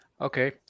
okay